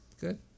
good